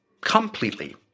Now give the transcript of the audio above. Completely